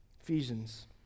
Ephesians